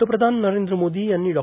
पंतप्रधान नरद्र मोदो यांनी डॉ